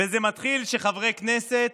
וזה מתחיל כשחברי כנסת